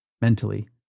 mentally